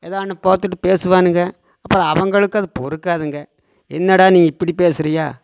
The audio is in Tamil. எதோ ஒன்று பார்த்துட்டு பேசுவானுங்க அப்பறம் அவங்களுக்கும் அது பொறுக்காதுங்க என்னடா நீ இப்படி பேசுறீயா